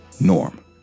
norm